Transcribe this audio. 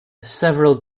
several